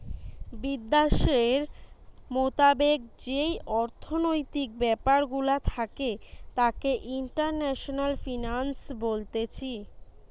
বিদ্যাশের মোতাবেক যেই অর্থনৈতিক ব্যাপার গুলা থাকে তাকে ইন্টারন্যাশনাল ফিন্যান্স বলতিছে